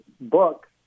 book